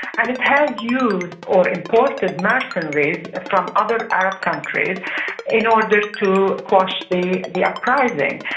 and it has used, or imported, mercenaries from other arab countries in order to quash the the uprising.